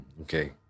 okay